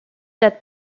that